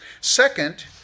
Second